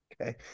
Okay